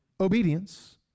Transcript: Obedience